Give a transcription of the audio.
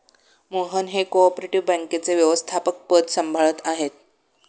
मोहन हे cooperative बँकेचे व्यवस्थापकपद सांभाळत आहेत